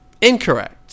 Incorrect